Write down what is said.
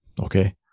okay